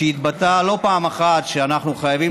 שהתבטא לא פעם אחת על כך שאנחנו חייבים